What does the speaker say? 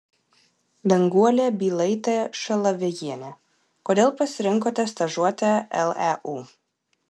danguolė bylaitė šalavėjienė kodėl pasirinkote stažuotę leu